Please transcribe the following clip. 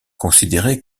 considérés